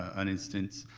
an instance,